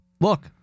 Look